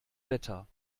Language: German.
wetter